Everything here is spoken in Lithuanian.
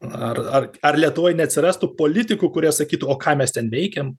ar ar ar lietuvoj neatsirastų politikų kurie sakytų o ką mes ten veikiam